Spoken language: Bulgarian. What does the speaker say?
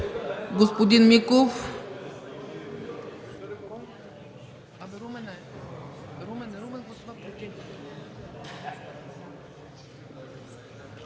Господин Миков